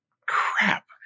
crap